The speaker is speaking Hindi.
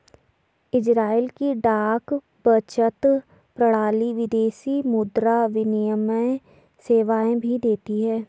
इज़राइल की डाक बचत प्रणाली विदेशी मुद्रा विनिमय सेवाएं भी देती है